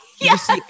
Yes